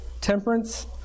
temperance